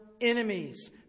enemies